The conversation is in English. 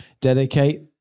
dedicate